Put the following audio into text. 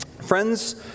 friends